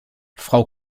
frau